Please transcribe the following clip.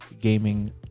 gaming